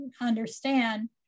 understand